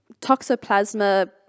Toxoplasma